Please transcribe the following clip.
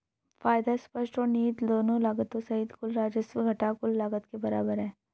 फायदा स्पष्ट और निहित दोनों लागतों सहित कुल राजस्व घटा कुल लागत के बराबर है